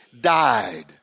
died